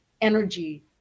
energy